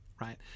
right